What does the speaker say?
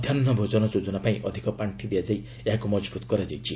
ମଧ୍ୟାହ୍ନ ଭୋଜନ ଯୋଜନା ପାଇଁ ଅଧିକ ପାର୍ଷି ଦିଆଯାଇ ଏହାକୁ ମଜବୁତ୍ କରାଯାଇଛି